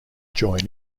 join